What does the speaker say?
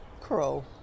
Crow